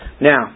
Now